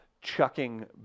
chucking